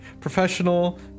professional